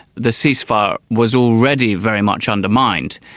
the ceasefire was already very much undermined.